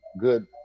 good